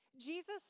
Jesus